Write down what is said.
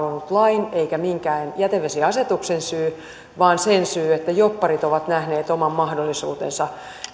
ollut lain eikä minkään jätevesiasetuksen syy vaan sen syy että jobbarit ovat nähneet oman mahdollisuutensa